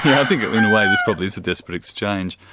yeah think in a way this probably is a desperate exchange.